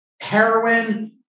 heroin